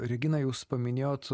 regina jūs paminėjot